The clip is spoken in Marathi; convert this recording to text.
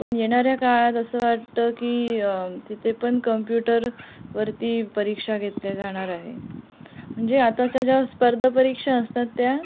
पण येणाऱ्या काळात असं वाटतं की तिथे पण कम्प्युटर वरती परीक्षा घेतल्या जाणार आहे म्हणजे आताच्या ज्या स्पर्धा परीक्षा असतात त्या